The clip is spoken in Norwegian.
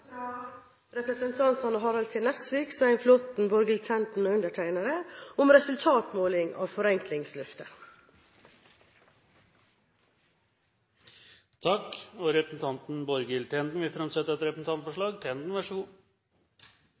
fra representantene Harald T. Nesvik, Svein Flåtten, Borghild Tenden og meg selv om resultatmåling av forenklingsløftet. Representanten Borghild Tenden vil framsette et representantforslag.